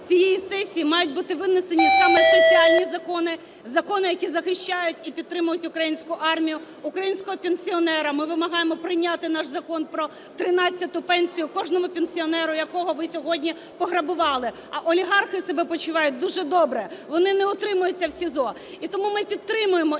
цієї сесії мають бути винесені саме соціальні закони, закони, які захищають і підтримують українську армію, українського пенсіонера. Ми вимагаємо прийняти наш Закон про тринадцяту пенсію кожному пенсіонеру, якого ви сьогодні пограбували. А олігархи себе почувають дуже добре, вони не утримуються в СІЗО. І тому ми підтримуємо